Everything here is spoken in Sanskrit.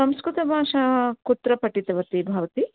संस्कृतभाषा कुत्र पठितवती भवती